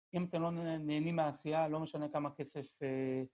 ‫אם אתם לא נהנים מהעשייה, ‫לא משנה כמה כסף...